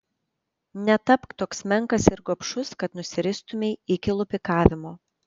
netapk toks menkas ir gobšus kad nusiristumei iki lupikavimo